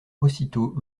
aussitôt